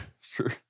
sure